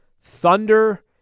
Thunder